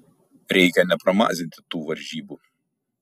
reikia nepramazinti tų varžybų